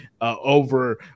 over